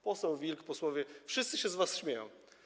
Poseł Wilk, posłowie, wszyscy się z was śmieją.